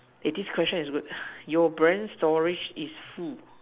eh this question is good your brain storage is full